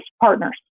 partners